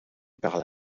par